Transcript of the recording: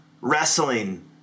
Wrestling